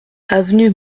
avenue